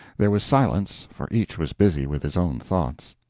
there was silence, for each was busy with his own thoughts.